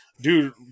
Dude